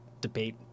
debate